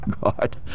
God